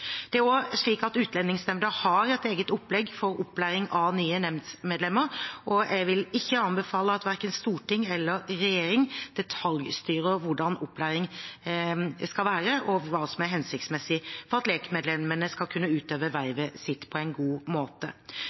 Det er også slik at Utlendingsnemnda har et eget opplegg for opplæring av nye nemndsmedlemmer, og jeg vil ikke anbefale at verken storting eller regjering detaljstyrer hvordan opplæringen skal være, og hva som er hensiktsmessig for at lekmedlemmene skal kunne utøve vervet sitt på en god måte.